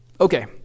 okay